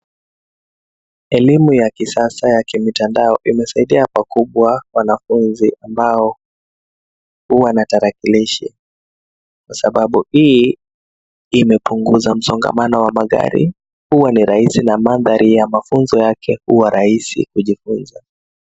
Elimu ya kisasa ya kimitandao imesaidia pakubwa kwa wanafunzi, ambao huwa na tarakilishi. Kwa sababu hii imepunguza msongamano wa magari. Huwa ni rahisi na mandhari ya mafunzo yake huwa ni rahisi kujifunza.